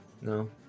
no